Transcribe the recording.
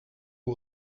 que